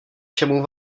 čemu